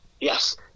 Yes